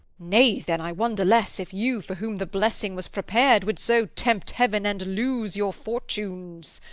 nay, then i wonder less, if you, for whom the blessing was prepared, would so tempt heaven, and lose your fortunes.